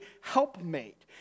helpmate